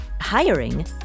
Hiring